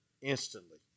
instantly